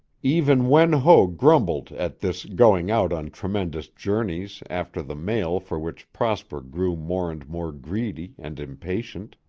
even wen ho grumbled at this going out on tremendous journeys after the mail for which prosper grew more and more greedy and impatient.